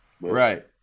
Right